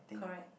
correct